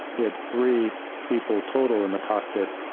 he had three people total in the cockpit,